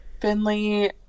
Finley